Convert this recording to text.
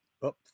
Up